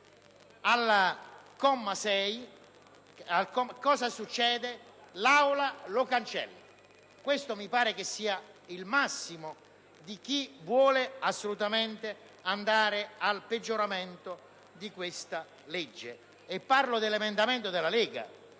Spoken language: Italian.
al comma 6 e cosa succede? L'Aula lo cancella. Questo mi pare che sia il massimo di chi vuole assolutamente andare verso il peggioramento di questa legge. Parlo dell'emendamento presentato